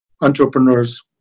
entrepreneurs